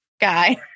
guy